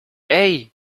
hey